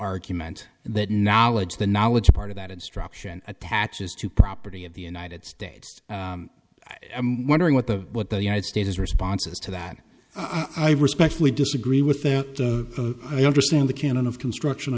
argument that knowledge the knowledge part of that instruction at patches to property of the united states i'm wondering what the what the united states is responses to that i respectfully disagree with there i understand the canon of construction